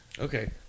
Okay